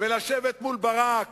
ולשבת מול ברק